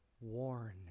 Warn